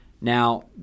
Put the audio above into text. Now